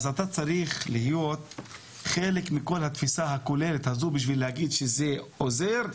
אז אתה צריך להיות חלק מכל התפיסה הכוללת הזו בשביל להגיד שזה עוזר,